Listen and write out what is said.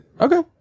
Okay